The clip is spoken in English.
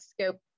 scope